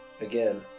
again